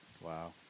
Wow